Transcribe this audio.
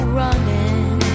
running